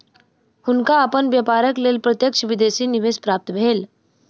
हुनका अपन व्यापारक लेल प्रत्यक्ष विदेशी निवेश प्राप्त भेल